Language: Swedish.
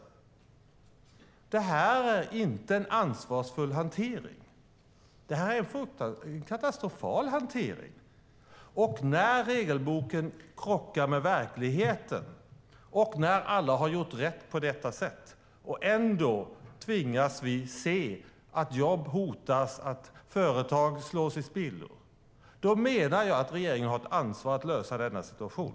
Det här är inte en ansvarsfull hantering. Det är en katastrofal hantering. Regelboken krockar med verkligheten. Alla har gjort rätt på detta sätt. Ändå tvingas vi se att jobb hotas och företag slås i spillror. Då menar jag att regeringen har ett ansvar att lösa denna situation.